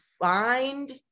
find